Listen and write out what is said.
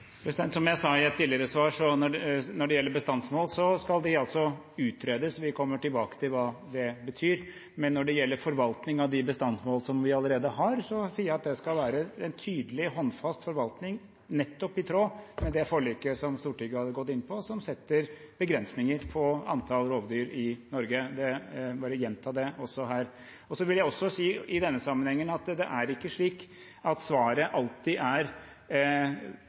Som jeg sa i et tidligere svar: Når det gjelder bestandsmål, skal de utredes, og vi kommer tilbake til hva det betyr. Men når det gjelder forvaltningen av de bestandsmål som vi allerede har, sier jeg at det skal være en tydelig og håndfast forvaltning, i tråd med nettopp det forliket som Stortinget har inngått, og som setter begrensninger på antallet rovdyr i Norge. Jeg bare gjentar det også her. I denne sammenhengen vil jeg også si at svaret er ikke alltid ordet «vern». Det er faktisk viktig at vi også ser på hvordan vi forvalter. Bærekraftig forvaltning er